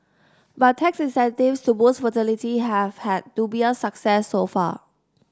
but tax incentives to boost fertility have had dubious success so far